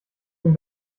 sind